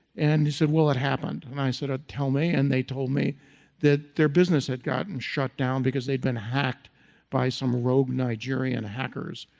and he said, well, it happened. and i said ah tell me. and they told me that their business had gotten shut down because they'd been hacked by some rogue nigerian hackers.